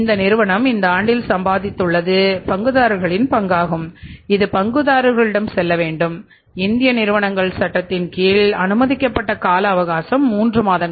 இந்த நிறுவனம் இந்த ஆண்டில் சம்பாதித்துள்ளது பங்குதாரர்களின் பங்காகும் இது பங்குதாரர்களிடம் செல்ல வேண்டும் இந்திய நிறுவனங்கள் சட்டத்தின் கீழ் அனுமதிக்கப்பட்ட கால அவகாசம் 3 மாதங்கள்